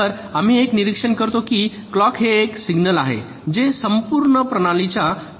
तर आम्ही एक निरीक्षण करतो की क्लॉक हे एक सिग्नल आहे जे संपूर्ण प्रणालीच्या मेंदूसारखे वर्क करते